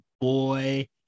boy